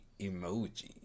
emoji